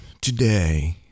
today